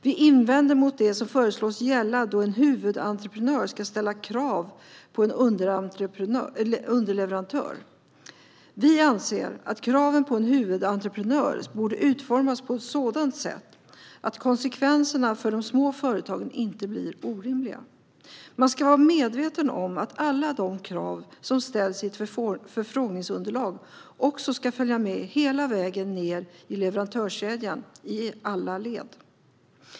Vi invänder mot det som föreslås gälla då en huvudentreprenör ska ställa krav på en underleverantör. Vi anser att kraven på en huvudentreprenör borde utformas på ett sådant sätt att konsekvenserna för de små företagen inte blir orimliga. Man ska vara medveten om att alla de krav som ställs i ett förfrågningsunderlag också ska följa med hela vägen ned i leverantörskedjan, i alla led.